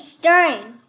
stirring